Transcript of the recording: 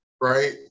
right